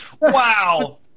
Wow